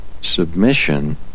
submission